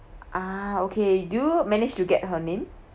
ah okay do manage to get her name